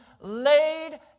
laid